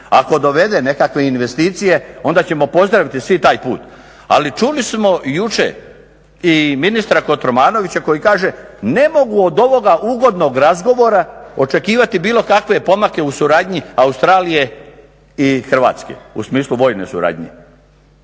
Ako dovede nekakve investicije onda ćemo pozdraviti svi taj put, ali čuli smo jučer i ministra Kotromanovića koji kaže, ne mogu od ovoga ugodnog razgovora očekivati bilo kakve pomake u suradnji Australije i Hrvatske, u smislu vojne suradnje.